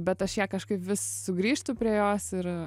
bet aš ją kažkaip vis sugrįžtu prie jos ir